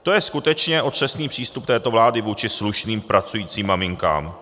To je skutečně otřesný přístup této vlády vůči slušným pracujícím maminkám.